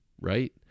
right